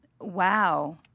wow